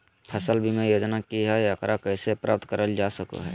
फसल बीमा योजना की हय आ एकरा कैसे प्राप्त करल जा सकों हय?